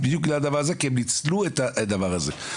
בדיוק בגלל הדבר הזה כי הם ניצלו את הדבר הזה.